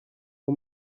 nko